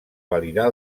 validar